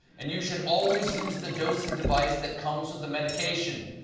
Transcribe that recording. and you should always use the dosing device that comes with the medication.